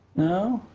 no?